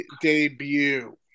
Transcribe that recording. debut